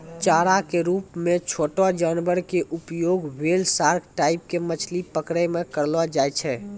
चारा के रूप मॅ छोटो जानवर के उपयोग व्हेल, सार्क टाइप के मछली पकड़ै मॅ करलो जाय छै